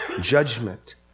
judgment